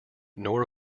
nor